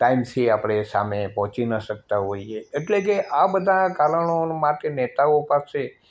ટાઇમથી આપણે સામે પહોંચી ન શકતા હોઇએ એટલે કે આ બધાં કારણો માટે નેતાઓ પાસે